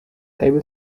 able